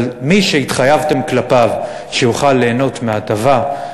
אבל מי שהתחייבתם כלפיו שיוכל ליהנות מהטבה,